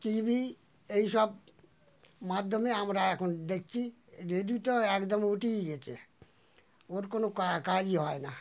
TV এইসব মাধ্যমে আমরা এখন দেখছি রেডিও তো একদম উঠেই গেছে ওর কোনো কাজই হয় না